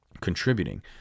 contributing